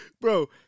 Bro